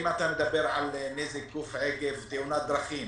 אם אתה מדבר על נזק גוף עקב תאונת דרכים,